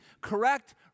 correct